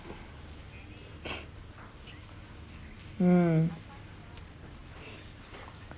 mm